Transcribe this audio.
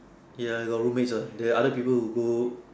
ya I got room mates uh the other people who do